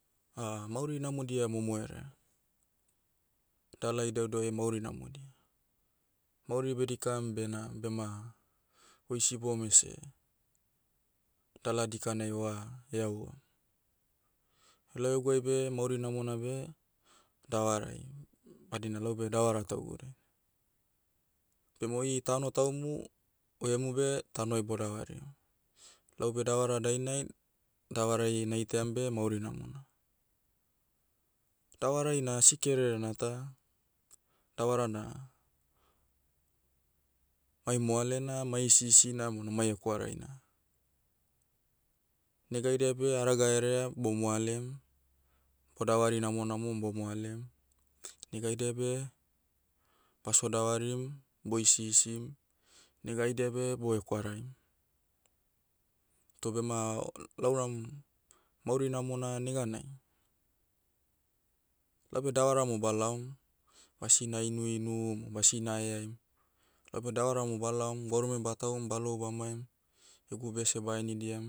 mauri namodia momoherea. Dala idaudauai mauri namodia. Mauri bedikam bena- bema, oi sibom ese, dala dikanai oa, heauam. Lau eguai beh mauri namona beh, davarai, badina laube davara taugu dain. Bema oi tano taumu, oiemu beh, tanoai bodavariam. Laube davara dainai, davarai naitaiam beh mauri namona. Davarai na asi kererena ta, davara na, mai moalena mai hisihisina bona mai hekwaraina. Negaidia beh haraga herea bomoalem, bodavari namonamom bomoalem. Negaidia beh, baso davarim, bo hisihisim, negaidia beh, bohekwaraim. Toh bema, nauram, mauri namona neganai, laube davara mo balaom, basina inuinum o basina heaim. Laube davara mo balaom gwarume batahum balou bamaim, egu bese bahenidiam.